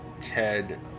Ted